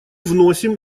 вносим